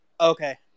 Okay